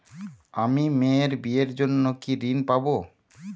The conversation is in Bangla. আমি মেয়ের বিয়ের জন্য কি ঋণ পাবো?